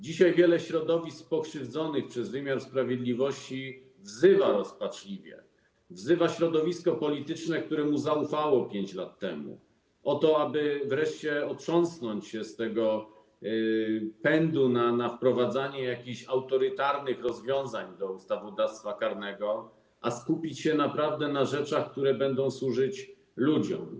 Dzisiaj wiele środowisk pokrzywdzonych przez wymiar sprawiedliwości rozpaczliwie wzywa środowisko polityczne, któremu zaufało 5 lat temu, aby wreszcie otrząsnąć się z tego pędu do wprowadzania jakichś autorytarnych rozwiązań do ustawodawstwa karnego, a skupić się na rzeczach, które naprawdę będą służyć ludziom.